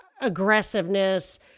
aggressiveness